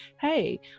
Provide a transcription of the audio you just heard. hey